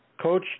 Coach